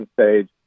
stage